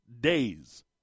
days